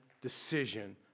decision